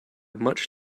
much